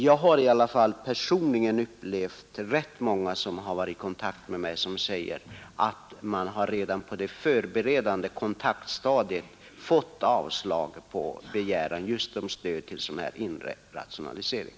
Jag har i alla fall personligen träffat rätt mänga som säger att man redan på det förberedande kontaktstadiet fatt avslag på begäran just om stöd till inre rationalisering.